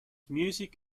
music